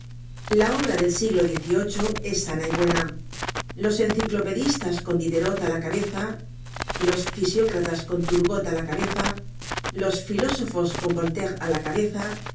la obra del siglo xviii es sana y buena los enciclopedistas con diderot á la cabeza los fisiócratas con turgot á la cabeza los filósofos con voltaire á la cabeza